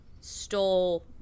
stole